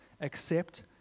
Accept